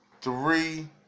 three